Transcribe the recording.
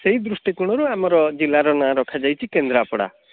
ସେଇ ଦୃଷ୍ଟିକୋଣରୁ ଆମର ଜିଲ୍ଲାର ନାଁ ରଖାଯାଇଚି କେନ୍ଦ୍ରାପଡ଼ା